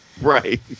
Right